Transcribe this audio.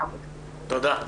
תודה.